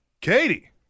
Katie